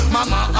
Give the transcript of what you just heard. Mama